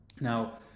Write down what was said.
now